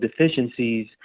deficiencies